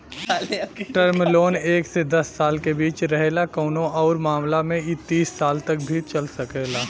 term loan एक से दस साल के बीच रहेला कउनो आउर मामला में इ तीस साल तक भी चल सकला